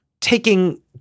taking